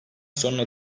sonra